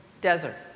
desert